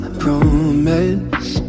promise